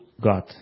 God